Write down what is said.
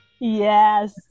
Yes